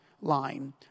line